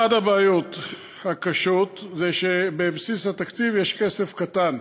אחת הבעיות הקשות היא שבבסיס התקציב יש כסף קטן,